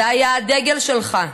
זה היה הדגל שלך.